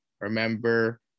remember